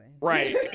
right